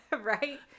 Right